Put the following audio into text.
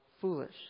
foolish